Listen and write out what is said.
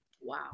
Wow